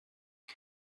but